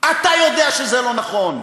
אתה יודע שזה לא נכון.